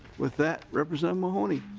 with that representative mahoney.